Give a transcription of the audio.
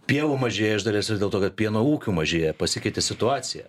pievų mažėja iš dalies ir dėl to kad pieno ūkių mažėja pasikeitė situacija